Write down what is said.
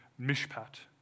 mishpat